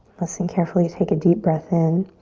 listen carefully, take a deep breath in.